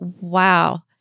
wow